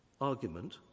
argument